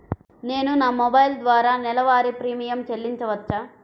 నేను నా మొబైల్ ద్వారా నెలవారీ ప్రీమియం చెల్లించవచ్చా?